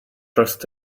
trust